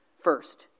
first